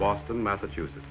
boston massachusetts